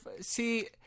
see